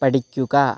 പഠിക്കുക